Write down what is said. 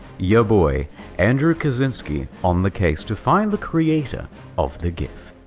ya boy andrew kaczynski on the case to find the creator of the gif.